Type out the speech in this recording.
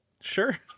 Sure